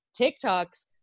tiktoks